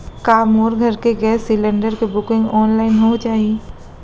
का मोर घर के गैस सिलेंडर के बुकिंग ऑनलाइन हो जाही?